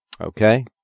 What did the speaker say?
Okay